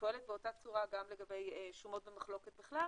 פועלת באותה צורה גם לגבי שומות במחלוקת בכלל,